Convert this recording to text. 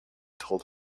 told